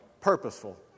purposeful